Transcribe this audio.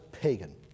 pagan